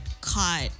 caught